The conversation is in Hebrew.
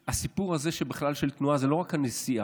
הסיפור הזה של תנועה זה בכלל לא רק הנסיעה,